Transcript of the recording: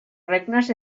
regnes